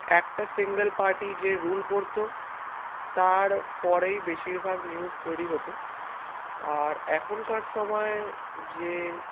একটা single party যে rule করত তার ফরেই বেশিরভাগ নিউজ তৈরি হতো আর এখনকার সময় যে